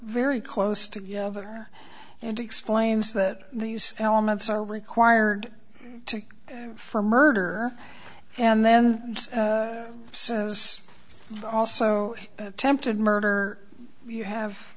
very close together and explains that these elements are required for murder and then says also attempted murder you have